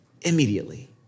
immediately